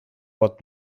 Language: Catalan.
pot